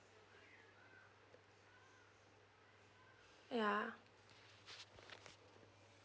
ya